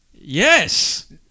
Yes